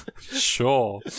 Sure